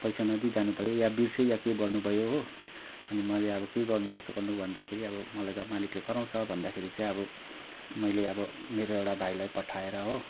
पैसा नदिइ जानुभयो या बिर्सियो या केही गर्नुभयो हो अनि मैले अब के गर्नु कसो गर्नु भन्दाखेरि अब मलाई त मालिकले कराउँछ भन्दाखेरि चाहिँ अब मैले अब मेरो एउटा भाइलाई पठाएर हो